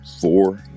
four